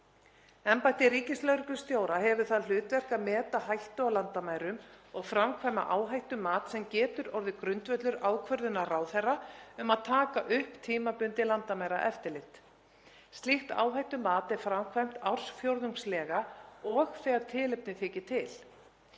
Embætti ríkislögreglustjóra hefur það hlutverk að meta hættu á landamærum og framkvæma áhættumat sem getur orðið grundvöllur ákvörðunar ráðherra um að taka upp tímabundið landamæraeftirlit. Slíkt áhættumat er framkvæmt ársfjórðungslega og þegar tilefni þykir til.